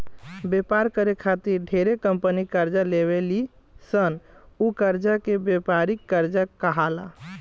व्यापार करे खातिर ढेरे कंपनी कर्जा लेवे ली सन उ कर्जा के व्यापारिक कर्जा कहाला